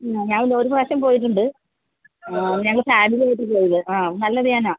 ഞാൻ ഒരു പ്രാവശ്യം പോയിട്ടുണ്ട് ഞങ്ങൾ ഫാമിലി ആയിട്ട് പോയത് ആ നല്ല ധ്യാനമാണ്